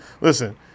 Listen